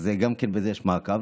גם בזה יש מעקב.